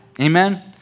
Amen